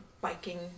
biking